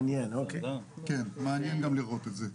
מעניין גם לראות את זה.